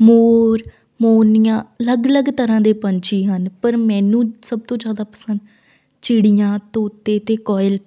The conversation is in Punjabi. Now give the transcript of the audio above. ਮੋਰ ਮੋਰਨੀਆਂ ਅਲੱਗ ਅਲੱਗ ਤਰ੍ਹਾਂ ਦੇ ਪੰਛੀ ਹਨ ਪਰ ਮੈਨੂੰ ਸਭ ਤੋਂ ਜ਼ਿਆਦਾ ਪਸੰਦ ਚਿੜੀਆਂ ਤੋਤੇ ਅਤੇ ਕੋਇਲ